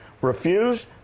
refused